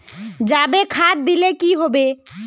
जाबे खाद दिले की होबे?